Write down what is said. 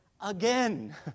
again